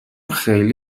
خیلی